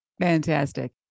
Fantastic